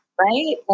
right